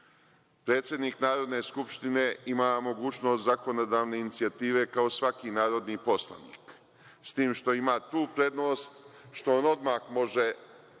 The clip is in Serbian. sporazuma. Predsednik Narodne skupštine ima mogućnost zakonodavne inicijative kao svaki narodni poslanik, s tim što ima tu prednost što on odmah može